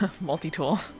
multi-tool